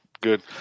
Good